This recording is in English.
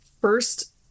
first